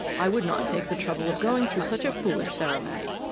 i would not take the trouble of going through such a foolish ceremony,